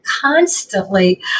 constantly